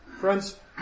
Friends